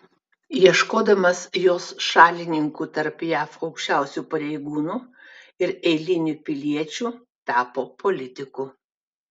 ieškodamas jos šalininkų tarp jav aukščiausių pareigūnų ir eilinių piliečių tapo politiku